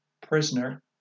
prisoner